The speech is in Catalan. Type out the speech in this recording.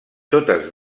totes